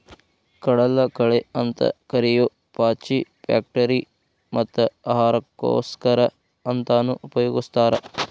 ಕಡಲಕಳೆ ಅಂತ ಕರಿಯೋ ಪಾಚಿ ಫ್ಯಾಕ್ಟರಿ ಮತ್ತ ಆಹಾರಕ್ಕೋಸ್ಕರ ಅಂತಾನೂ ಉಪಯೊಗಸ್ತಾರ